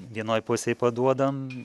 vienoj pusėj paduodam